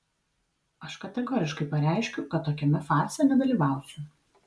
aš kategoriškai pareiškiu kad tokiame farse nedalyvausiu